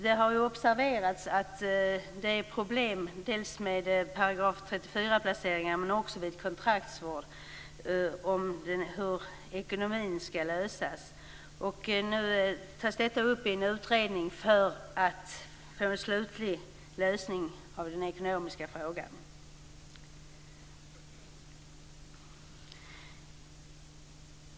Det är dels problem med § 34-placeringar men också vid kontraktsvård om hur de ekonomiska problemen skall lösas. Nu tas dessa frågor upp i en utredning för att få en slutlig lösning på de ekonomiska problemen.